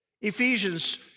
Ephesians